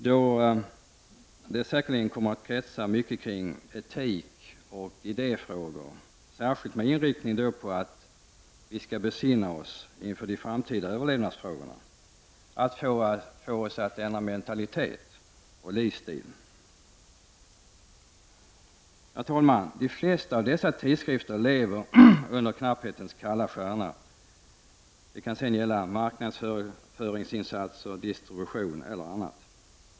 Diskussionen kommer då säkerligen att kretsa mycket omkring etikoch idéfrågor — särskilt med inriktning på att vi skall besinna oss inför de framtida överlevnadsfrågorna, få oss att ändra mentalitet och livsstil. Herr talman! De flesta av dessa tidskrifter lever under knapphetens kalla stjärna. Det kan sedan gälla marknadsföringsinsatser, distribution eller annat.